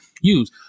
use